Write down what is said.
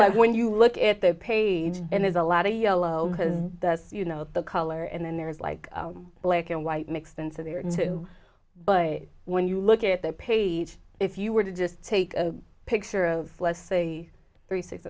like when you look at the page and there's a lot of yellow because that's you know the color and then there is like black and white mixed and so they are too but when you look at their page if you were to just take a picture of let's say three six